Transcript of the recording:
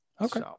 Okay